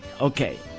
Okay